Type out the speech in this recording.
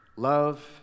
Love